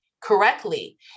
correctly